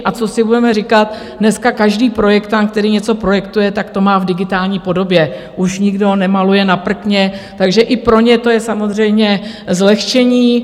A co si budeme říkat, dneska každý projektant, který něco projektuje, to má v digitální podobě, už nikdo nemaluje na prkně, takže i pro ně to je samozřejmě zlehčení.